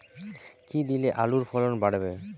কী দিলে আলুর ফলন বাড়বে?